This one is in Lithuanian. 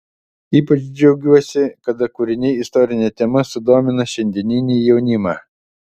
ypač džiaugiuosi kada kūriniai istorine tema sudomina šiandieninį jaunimą